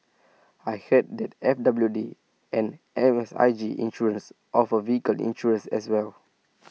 I heard that F W D and M S I G insurance offer vehicle insurance as well